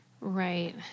Right